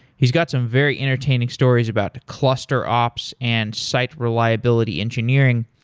he's got some very entertaining stories about cluster ops and site reliability engineering.